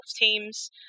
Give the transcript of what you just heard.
teams